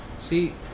see